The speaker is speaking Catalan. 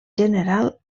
general